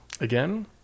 again